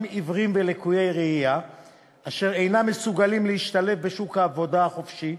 עיוורים ולקויי ראייה אשר אינם מסוגלים להשתלב בשוק העבודה החופשי.